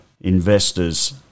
investors